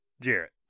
Jarrett